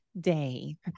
day